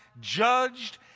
judged